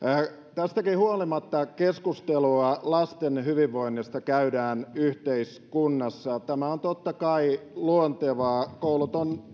tästäkin huolimatta keskustelua lasten hyvinvoinnista käydään yhteiskunnassa tämä on totta kai luontevaa koulut ovat